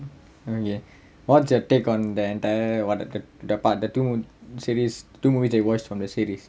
okay what's your take on the entire what a that the part the two series two movies you watched from the series